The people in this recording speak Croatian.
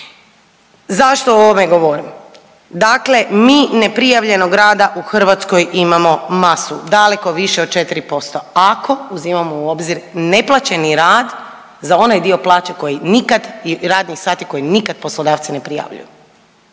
Zašto o ovome govorim? Dakle, mi neprijavljenog rada u Hrvatskoj imamo masu, daleko više od 4% ako uzimamo u obzir neplaćeni rad za onaj dio plaće koji nikad i radnih sati koje nikad poslodavci ne prijavljuju.